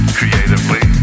creatively